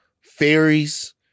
Fairies